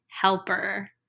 helper